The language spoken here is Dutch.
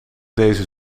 deze